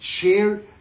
share